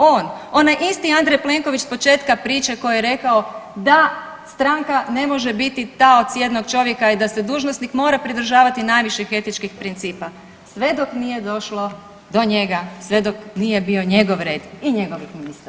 On, onaj isti Andrej Plenković s početka priče koji je rekao da stranka ne može biti taoc jednog čovjeka i da se dužnosnik mora pridržavati najviših etičkih principa, sve dok nije došlo do njega, sve dok nije bio njegov red i njegovih ministara.